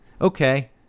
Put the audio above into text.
okay